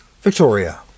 Victoria